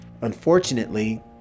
unfortunately